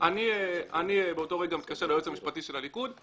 אני באותו רגע מתקשר ליועץ המשפטי של הליכוד,